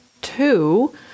two